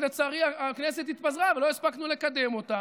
ולצערי הכנסת התפזרה ולא הספקנו לקדם אותה.